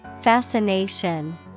Fascination